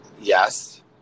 Yes